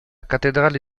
cattedrale